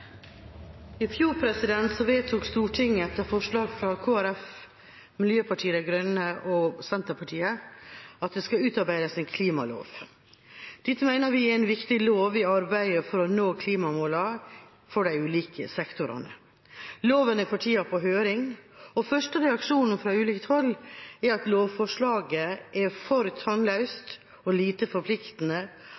vedtok Stortinget, etter forslag fra Kristelig Folkeparti, Miljøpartiet De Grønne og Senterpartiet, at det skal utarbeides en klimalov. Dette mener vi er en viktig lov i arbeidet for å nå klimamålene for de ulike sektorene. Loven er for tida på høring, og den første reaksjonen fra ulikt hold er at lovforslaget er for